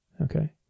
Okay